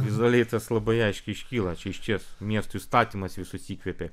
vizualiai tas labai aiškiai iškyla čia išties miestų įstatymas visus įkvėpė